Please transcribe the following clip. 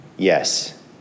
Yes